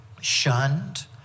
shunned